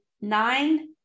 Nine